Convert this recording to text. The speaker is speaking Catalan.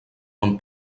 bon